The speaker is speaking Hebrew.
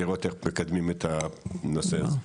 לראות איך מקדמים את הנושא הזה.